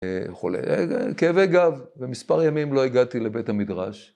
חולה, כאבי גב. ומספר ימים לא הגעתי לבית המדרש.